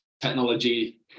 technology